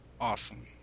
Awesome